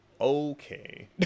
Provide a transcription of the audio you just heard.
okay